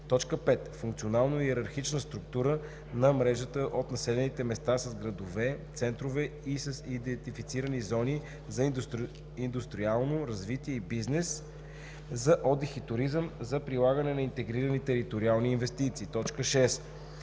5. функционално-йерархична структура на мрежата от населени места с градове центрове и с идентифицирани зони за индустриално развитие и бизнес, за отдих и туризъм, за прилагане на интегрирани териториални инвестиции; 6.